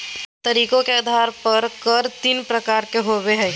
तरीके के आधार पर कर तीन प्रकार के होबो हइ